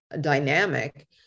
dynamic